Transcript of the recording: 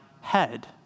head